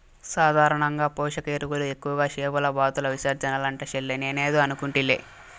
సాధారణంగా పోషక ఎరువులు ఎక్కువగా చేపల బాతుల విసర్జనలంట చెల్లే నేనేదో అనుకుంటిలే